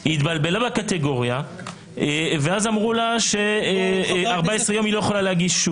התבלבלה בקטגוריה ואז אמרו לה שבמשך 14 ימים היא לא יכולה להגיש בקשה